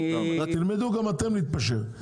תלמדו גם אתם להתפשר,